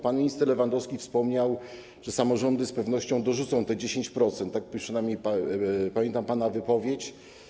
Pan minister Lewandowski wspomniał, że samorządy z pewnością dorzucą te 10%, tak przynajmniej zapamiętałem pana wypowiedź.